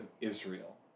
Israel